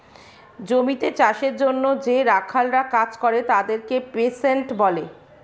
জমিতে চাষের জন্যে যে রাখালরা কাজ করে তাদেরকে পেস্যান্ট বলে